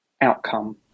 outcome